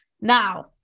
Now